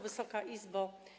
Wysoka Izbo!